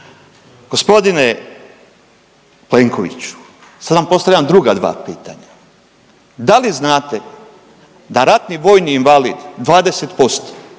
Gospodine Plenkoviću, sad vam postavljam druga dva pitanja. Da li znate da ratni vojni invalid 20%